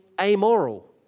amoral